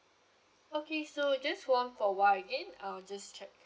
okay so just hold on for a while again I'll just check